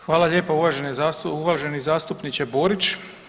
Hvala lijepa uvaženi zastupniče Borić.